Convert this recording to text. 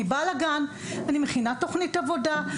אני מכינה תוכנית עבודה,